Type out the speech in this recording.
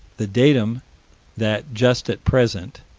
the datum that, just at present,